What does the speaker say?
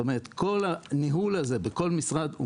זאת אומרת כל הניהול הזה בכל משרד הוא